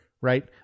right